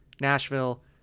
Nashville